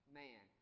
man